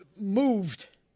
moved